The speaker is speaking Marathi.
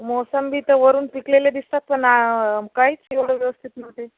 मोसंबी तर वरून पिकलेले दिसतात पण आ काहीच एवढं व्यवस्थित नव्हते